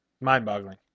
mind-boggling